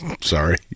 Sorry